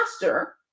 faster